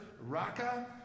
Raka